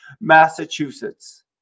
Massachusetts